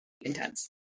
intense